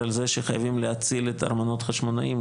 על זה שחייבים להציל את ארמונות חשמונאים,